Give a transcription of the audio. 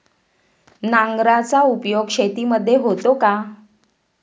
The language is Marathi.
नांगराचा उपयोग शेतीमध्ये होतो का?